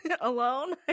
alone